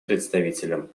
представителям